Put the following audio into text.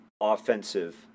offensive